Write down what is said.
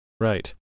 Right